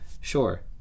sure